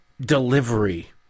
delivery